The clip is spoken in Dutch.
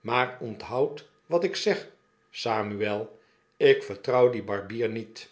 maar onthoud wat ik zeg samuel ik vertrouw dien barbier niet